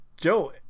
Joe